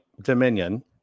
Dominion